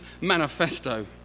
manifesto